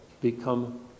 become